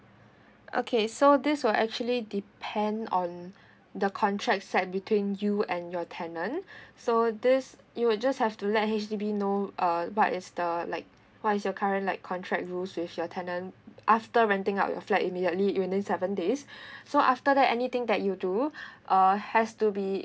okay so this will actually depend on the contract side between you and your tenant so this you just have to let H_D_B know uh what is the like what is your current like contract rules with your tenant after renting out your flat immediately within seven days so after that anything that you do uh has to be